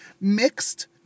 mixed